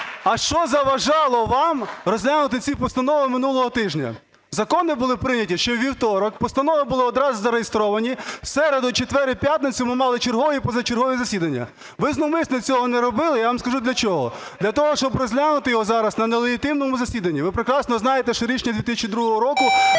а що заважало вам розглянути ці постанови минулого тижня? Закони були прийняті ще у вівторок, постанови були одразу зареєстровані, в середу, четвер і п'ятницю ми мали чергові і позачергові засідання. Ви зловмисно цього не робили, я вам скажу для чого – для того, щоб розглянути його зараз на нелегітимному засіданні. Ви прекрасно знаєте, що рішення 2002 року